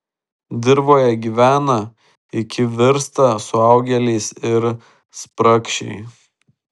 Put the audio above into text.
dirvoje gyvena iki virsta suaugėliais ir spragšiai